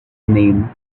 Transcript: name